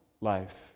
life